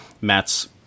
Matt's